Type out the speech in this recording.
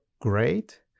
great